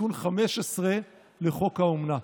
תיקון 15 לחוק האומנה.